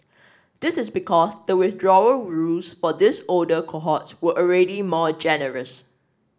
this is because the withdrawal rules for these older cohorts were already more generous